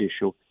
issue